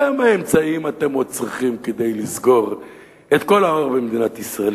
כמה אמצעים אתם עוד צריכים כדי לסגור את כל האור במדינת ישראל?